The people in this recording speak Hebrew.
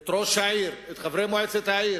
את ראש העיר, את חברי מועצת העיר,